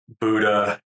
Buddha